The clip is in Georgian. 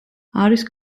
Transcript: არის